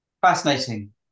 fascinating